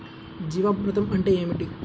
జీవామృతం అంటే ఏమిటి?